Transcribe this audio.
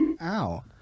Ow